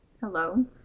Hello